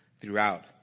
throughout